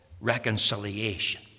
reconciliation